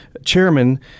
Chairman